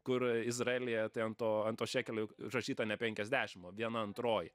kur izraelyje tai ant to ant to šekelio užrašyta ne penkiasdešim o viena antroji